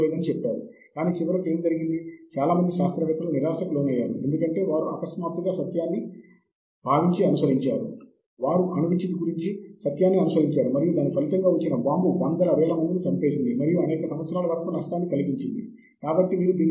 నాకు బాగా ఇష్టమైనది జాబ్రీఫ్ ఇది ఓపెన్ సోర్స్ మరియు ఉచితంగా లభించే సాఫ్ట్వేర్